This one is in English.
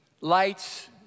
lights